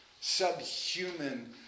subhuman